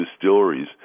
distilleries